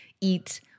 eat